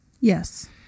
Yes